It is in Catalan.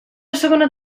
segona